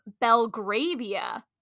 Belgravia